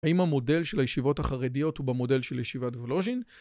האם המודל של הישיבות החרדיות הוא במודל של ישיבת וולוז'ין?